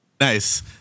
Nice